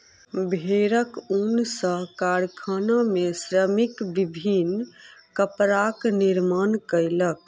भेड़क ऊन सॅ कारखाना में श्रमिक विभिन्न कपड़ाक निर्माण कयलक